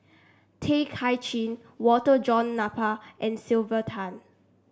Tay Kay Chin Walter John Napier and Sylvia Tan